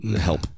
Help